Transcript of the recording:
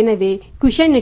எனவே குஷன்